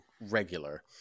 regular